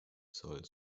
soll